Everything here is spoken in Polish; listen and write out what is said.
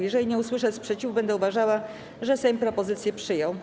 Jeżeli nie usłyszę sprzeciwu, będę uważała, że Sejm propozycje przyjął.